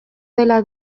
dela